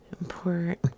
Import